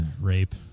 Rape